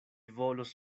volos